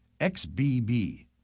XBB